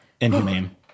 Inhumane